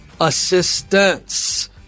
assistance